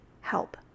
help